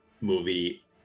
movie